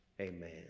amen